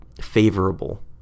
favorable